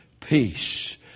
peace